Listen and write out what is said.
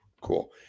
Cool